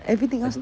everything else